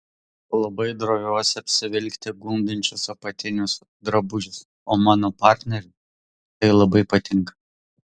labai droviuosi apsivilkti gundančius apatinius drabužius o mano partneriui tai labai patinka